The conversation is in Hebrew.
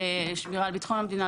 שמירה על ביטחון המדינה,